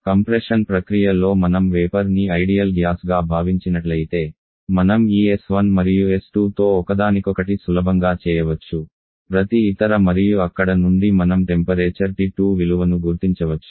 compression ప్రక్రియ లో మనం వేపర్ ని ఐడియల్ గ్యాస్ గా భావించినట్లయితే మనం ఈ s1 మరియు s2 తో ఒకదానికొకటి సులభంగా చేయవచ్చు ప్రతి ఇతర మరియు అక్కడ నుండి మనం టెంపరేచర్ T2 విలువను గుర్తించవచ్చు